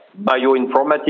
bioinformatics